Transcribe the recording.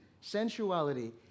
sensuality